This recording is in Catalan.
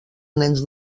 nens